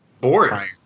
Bored